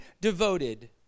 devoted